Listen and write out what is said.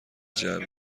جعبه